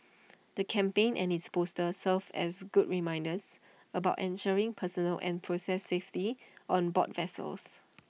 the campaign and its posters serve as good reminders about ensuring personal and process safety on board vessels